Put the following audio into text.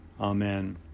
Amen